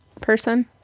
person